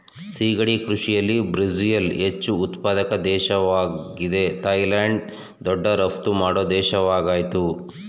ಸಿಗಡಿ ಕೃಷಿಲಿ ಬ್ರಝಿಲ್ ಹೆಚ್ಚು ಉತ್ಪಾದಕ ದೇಶ್ವಾಗಿದೆ ಥೈಲ್ಯಾಂಡ್ ದೊಡ್ಡ ರಫ್ತು ಮಾಡೋ ದೇಶವಾಗಯ್ತೆ